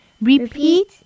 Repeat